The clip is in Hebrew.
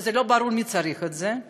כשלא ברור מי צריך את זה,